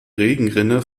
regenrinne